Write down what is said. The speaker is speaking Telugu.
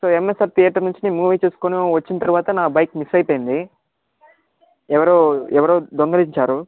సో ఎమ్ఎస్ఆర్ థీయేటర్ నుంచి మేము మూవీ చూస్కుని వచ్చిన తర్వాత నా బైక్ మిస్ అయిపోయింది ఎవరో ఎవరో దొంగలించారు